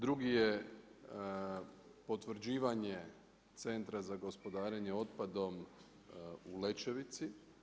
Drugi je potvrđivanje Centra za gospodarenje otpadom u Lećevici.